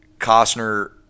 Costner